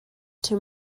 too